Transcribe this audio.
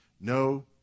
No